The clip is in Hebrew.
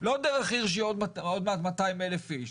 לא דרך עיר שהיא עוד מעט 200,000 איש,